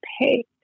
paid